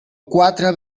quatre